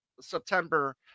September